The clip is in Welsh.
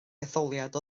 etholiad